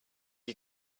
you